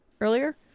earlier